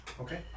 Okay